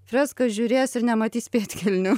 freską žiūrės ir nematys pėdkelnių